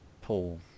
Paul